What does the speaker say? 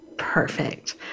Perfect